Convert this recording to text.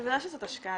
בוודאי שזו השקעה,